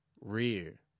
rear